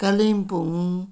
Kalimpong